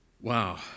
Wow